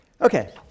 Okay